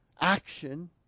action